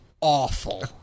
awful